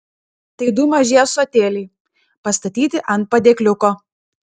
tai du maži ąsotėliai pastatyti ant padėkliuko